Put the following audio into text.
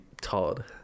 Todd